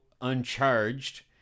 Uncharged